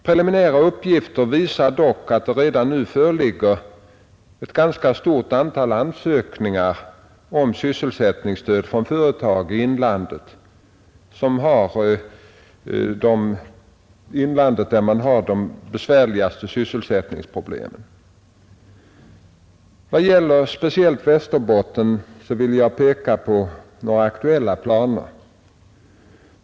Preliminära uppgifter visar dock att det redan nu föreligger ett ganska stort antal ansökningar om sysselsättningsstöd från företag i inlandet, som har de besvärligaste sysselsättningsproblemen. Vad gäller speciellt Västerbotten vill jag peka på några aktuella planer.